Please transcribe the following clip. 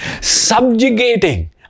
subjugating